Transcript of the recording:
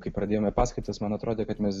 kai pradėjome paskaitas man atrodė kad mes